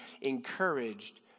encouraged